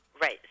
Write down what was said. Right